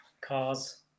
cars